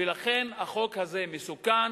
ולכן החוק הזה מסוכן,